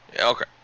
Okay